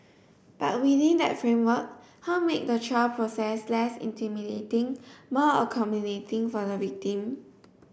but within that framework how make the trial process less intimidating more accommodating for the victim